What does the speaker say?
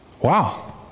Wow